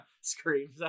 Screams